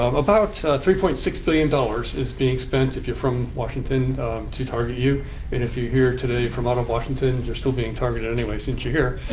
um about three point six billion dollars being spent if you're from washington to target you. and if you're here today from out of washington, you're still being targeted anyway since you're here.